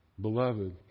beloved